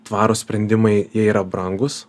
tvarūs sprendimai jie yra brangūs